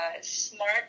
smart